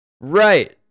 Right